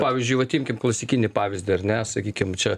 pavyzdžiui vat imkim klasikinį pavyzdį ar ne sakykim čia